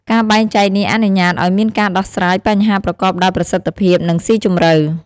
ការបែងចែកនេះអនុញ្ញាតឱ្យមានការដោះស្រាយបញ្ហាប្រកបដោយប្រសិទ្ធភាព និងស៊ីជម្រៅ។